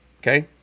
okay